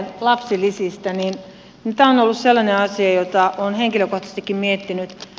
tämä on ollut sellainen asia jota olen henkilökohtaisestikin miettinyt